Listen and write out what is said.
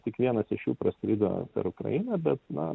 tik vienas iš jų praskrido per ukrainą bet na